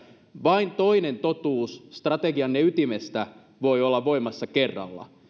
vain toinen totuus strategianne ytimestä voi olla voimassa kerrallaan